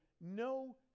no